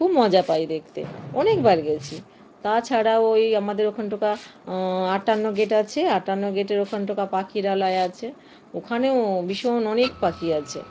খুব মজা পায় দেখতে অনেকবার গেছি তাছাড়াও ওই আমাদের ওখানটায় আটান্ন গেট আছে আটান্ন গেটের ওখানটা পাখিরালয় আছে ওখানেও ভীষণ অনেক পাখি আছে